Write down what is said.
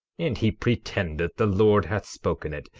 and he pretendeth the lord hath spoken it.